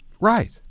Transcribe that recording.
Right